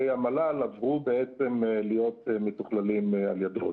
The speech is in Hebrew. המל"ל עברו בעצם להיות מתוכללים על ידו.